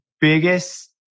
biggest